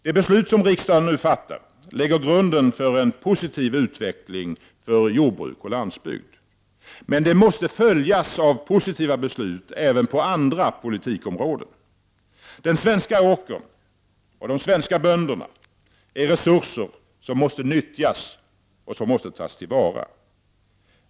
Det beslut som riksdagen nu fattar lägger grunden för en positiv utveckling för jordbruk och landsbygd. Men det måste följas av positiva beslut även på andra politikområden. Den svenska åkern och de svenska bönderna är resurser som måste nyttjas och tas till vara.